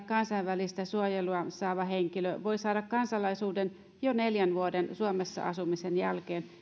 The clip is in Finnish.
kansainvälistä suojelua saava henkilö voi saada kansalaisuuden jo neljän vuoden suomessa asumisen jälkeen